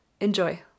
Enjoy